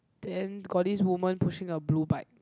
then got this woman pushing a blue bike